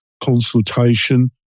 consultation